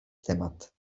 temat